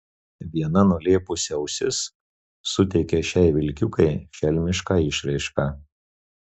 viena nulėpusi ausis suteikia šiai vilkiukei šelmišką išraišką